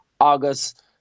August